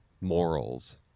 morals